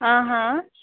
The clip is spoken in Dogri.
आं हां